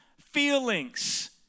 feelings